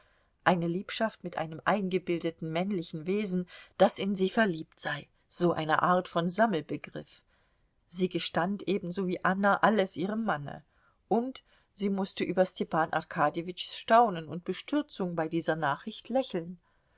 eine liebschaft mit einem eingebildeten männlichen wesen das in sie verliebt sei so einer art von sammelbegriff sie gestand ebenso wie anna alles ihrem manne und sie mußte über stepan arkadjewitschs staunen und bestürzung bei dieser nachricht lächeln